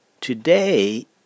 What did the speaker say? Today